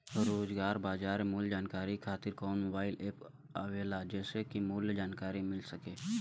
रोजाना बाजार मूल्य जानकारी खातीर कवन मोबाइल ऐप आवेला जेसे के मूल्य क जानकारी मिल सके?